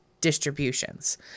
distributions